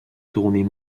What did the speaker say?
tournées